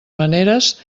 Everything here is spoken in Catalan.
maneres